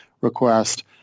request